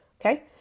okay